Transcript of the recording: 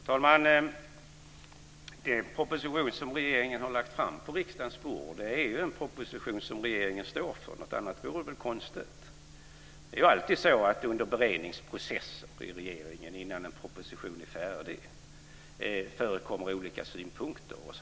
Fru talman! Den proposition som regeringen har lagt fram på riksdagens bord är ju en proposition som regeringen står för. Något annat vore väl konstigt. Det är alltid så att under beredningsprocessen i regeringen, innan en proposition är färdig, förekommer det olika synpunkter och så.